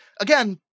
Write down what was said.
again